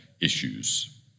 issues